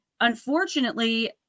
unfortunately